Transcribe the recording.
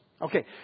Okay